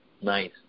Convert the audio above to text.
Nice